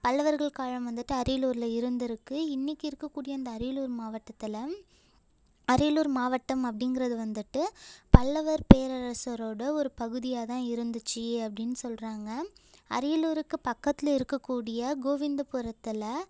பல்லவர்கள் காலம் வந்துட்டு அரியலூர்ல இருந்திருக்கு இன்னிக்கி இருக்கக்கூடிய இந்த அரியலூர் மாவட்டத்தில் அரியலூர் மாவட்டம் அப்படிங்கிறது வந்துட்டு பல்லவர் பேரரசரோட ஒரு பகுதியாக தான் இருந்துச்சு அப்படின்னு சொல்கிறாங்க அரியலூருக்கு பக்கத்தில் இருக்கக்கூடிய கோவிந்தபுரத்தில்